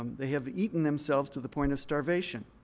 um they have eaten themselves to the point of starvation.